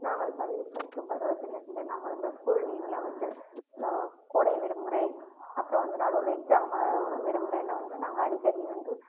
நாங்கள் பள்ளி படிக்கும் பருவத்திலேருந்தே நாங்கள் வந்து ஸ்கூல் லீவில் வந்து கோடை விடுமுறை அப்புறம் வந்து நடுவில் எக்ஸாம் விடுமுறையில் வந்து நாங்கள் அடிக்கடி வந்து